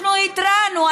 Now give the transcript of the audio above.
אנחנו התרענו.